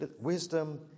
wisdom